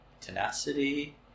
tenacity